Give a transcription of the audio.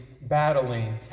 battling